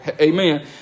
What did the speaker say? Amen